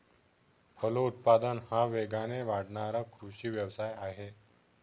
फलोत्पादन हा वेगाने वाढणारा कृषी व्यवसाय आहे